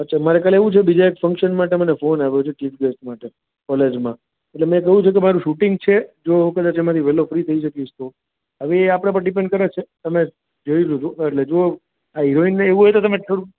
અચ્છા મારે કાલે એવુ છે બીજા એક ફંકશનમાં માટે મને ફોન આવ્યો છે ચીફ ગેસ્ટ માટે કોલેજમાં એટલે મેં કહ્યું છે કે મારું શૂટિંગ છે જો કદાચ આમાંથી વેલો ફ્રી થઈ શકીશ તો હવે એ આપડા પર ડીપેન્ડ કરે છે તમે જોઈ લેજો એટલે જો આ હિરોઈન ને એવું હોય તો તમે થોડુંક